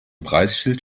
preisschild